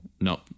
No